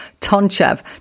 Tonchev